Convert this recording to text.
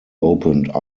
opened